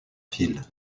fil